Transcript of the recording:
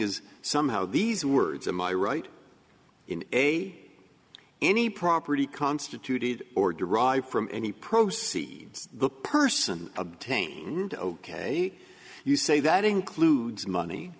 is somehow these words in my right in a way any property constituted or derived from any proceeds the person obtained ok you say that includes money